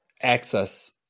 access